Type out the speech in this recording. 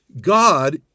God